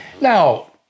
Now